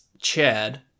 Chad